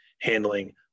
handling